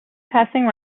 passing